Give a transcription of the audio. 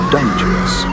Dangerous